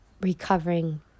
recovering